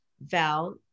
Val